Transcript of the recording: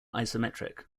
isometric